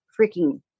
freaking